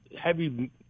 heavy